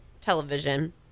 television